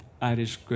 Irish